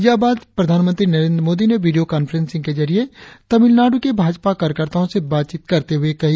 यह बात प्रधानमंत्री नरेंद्र मोदी ने वीडियों कांफ्रेसिंग के जरिये तमिनाडु के भाजपा कार्यकर्ताओं से बातचीत करते हुए कही